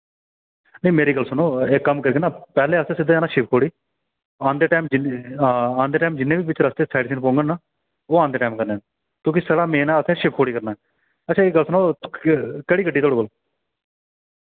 नेईं मेरी गल्ल सुनो इक कम्म करगे ना पैह्लें असें सिद्धे जाना शिवखोड़ी आंदे टाइम जिन हां आंदे टाइम जिन्ने बी बिच्च रस्ते साइट सीइंग औङन ना ओह् आंदे टाइम करने न क्यूंकि साढ़ा मेन ऐ असें शिवखोड़ी करना अच्छा इक गल्ल सनाओ केह्ड़ी गड्डी ऐ थोआढ़े कोल